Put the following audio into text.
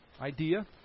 idea